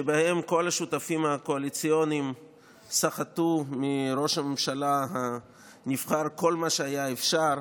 שבהם כל השותפים הקואליציוניים סחטו מראש הממשלה הנבחר כל מה שהיה אפשר,